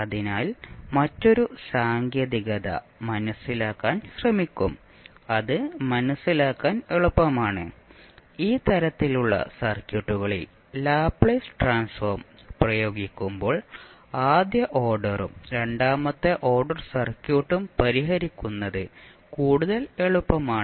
അതിനാൽ മറ്റൊരു സാങ്കേതികത മനസിലാക്കാൻ ശ്രമിക്കും അത് മനസ്സിലാക്കാൻ എളുപ്പമാണ് ഈ തരത്തിലുള്ള സർക്യൂട്ടുകളിൽ ലാപ്ലേസ് ട്രാൻസ്ഫോം പ്രയോഗിക്കുമ്പോൾ ആദ്യ ഓർഡറും രണ്ടാമത്തെ ഓർഡർ സർക്യൂട്ടും പരിഹരിക്കുന്നത് കൂടുതൽ എളുപ്പമാണ്